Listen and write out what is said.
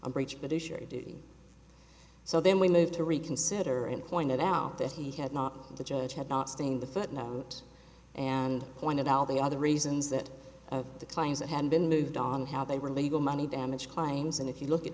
do so then we move to reconsider and pointed out that he had not the judge had not seen the footnote and pointed out the other reasons that the claims that had been moved on how they were legal money damage claims and if you look at